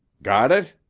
got it?